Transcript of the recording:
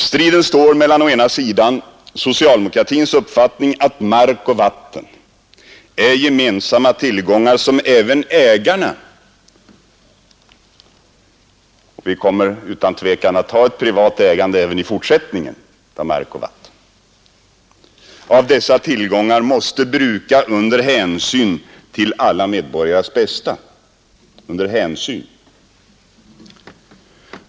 Striden står mellan å ena sidan socialdemokratins uppfattning att mark och vatten är gemensamma tillgångar som även ägarna — vi kommer utan tvekan även i fortsättningen att ha ett privat ägande av mark och vatten — skall bruka under hänsyn till alla medborgares bästa.